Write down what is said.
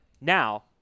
Now